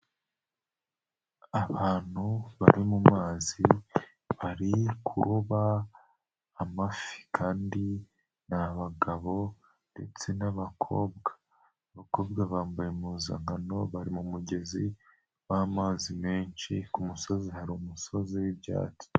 Abantu bari mu mazi bari kuroba amafi kandi ni abagabo ndetse n'abakobwa, abakobwa bambaye impuzankano bari mu mugezi w'amazi menshi, ku musozi hari umusozi w'ibyatsi.